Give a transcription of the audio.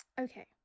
Okay